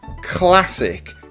classic